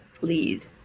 lead